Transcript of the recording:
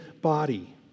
body